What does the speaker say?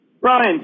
Ryan